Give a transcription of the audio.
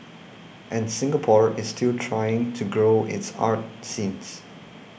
and Singapore is still trying to grow its arts scene